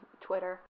Twitter